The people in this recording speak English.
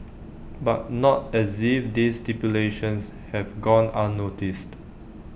but not as if this stipulations have gone unnoticed